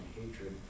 hatred